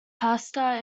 pastor